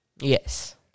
Yes